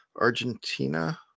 Argentina